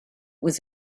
was